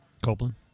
Copeland